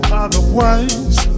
otherwise